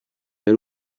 y’u